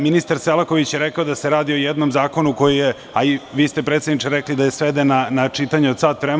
Ministar Selaković je rekao da se radi o jednom zakonu koji je, a i vi ste predsedniče rekli da je sveden na čitanje od sat vremena.